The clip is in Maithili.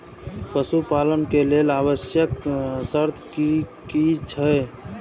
पशु पालन के लेल आवश्यक शर्त की की छै?